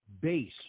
base